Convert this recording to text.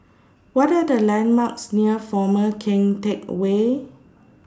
What Are The landmarks near Former Keng Teck Whay